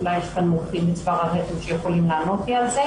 אולי יש כאן מומחים לצוואר הרחם שיכולים לענות לי על זה.